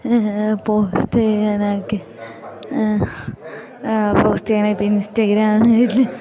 post ചെയ്യാനൊക്കെ post ചെയ്യാനപ്പം ഇൻസ്റ്റാഗ്രാമിൽ